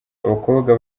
abakobwa